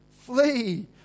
flee